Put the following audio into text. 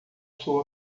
sou